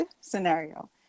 scenario